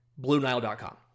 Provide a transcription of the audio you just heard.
BlueNile.com